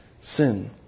sin